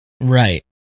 right